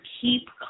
keep